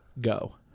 Go